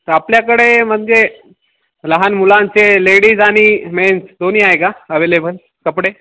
तर आपल्याकडे म्हणजे लहान मुलांचे लेडीज आणि मेन्स दोन्ही आहे का अवेलेबल कपडे